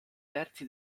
versi